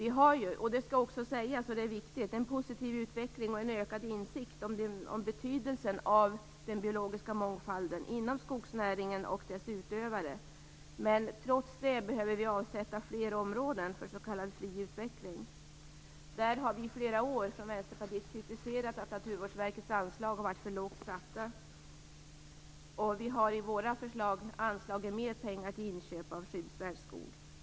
Det sker ju, vilket är viktigt att säga, en positiv utveckling, och insikten om betydelsen av den biologiska mångfalden har ökat inom skogsnäringen. Men trots det behöver vi avsätta fler områden för s.k. fri utveckling.